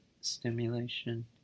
stimulation